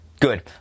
Good